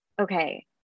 okay